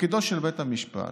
תפקידו של בית המשפט